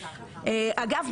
אגב,